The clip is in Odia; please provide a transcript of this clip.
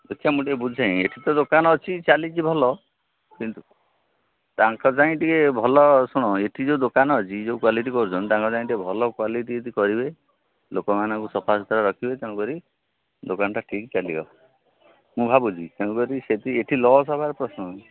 ଦେଖିବା ମୁଁ ଟିକେ ବୁଝେଁ ଏଠି ତ ଦୋକାନ ଅଛି ଚାଲିଛି ଭଲ କିନ୍ତୁ ତାଙ୍କ ଯାଇଁ ଟିକେ ଭଲ ଶୁଣ ଏଠି ଯେଉଁ ଦୋକାନ ଅଛି ଯେଉଁ କ୍ୱାଲିଟି କରୁଛନ୍ତି ତାଙ୍କ ଯାଇଁ ଟିକେ ଭଲ କ୍ୱାଲିଟି ଯଦି କରିବେ ଲୋକମାନଙ୍କୁ ସଫା ସୁୁତୁରା ରଖିବେ ତେଣୁ କରି ଦୋକାନଟା ଠିକ୍ ଚାଲିବ ମୁଁ ଭାବୁଛି ତେଣୁ କରି ସେଠି ଏଠି ଲସ୍ ହବାର ପ୍ରଶ୍ନ